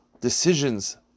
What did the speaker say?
decisions